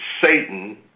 Satan